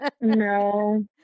no